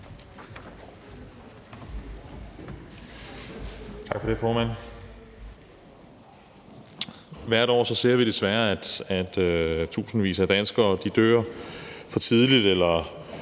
Tak for det, formand. Hvert år ser vi desværre, at tusindvis af danskere dør for tidligt